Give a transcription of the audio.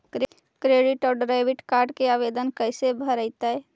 Credit और debit card के आवेदन कैसे भरैतैय?